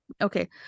okay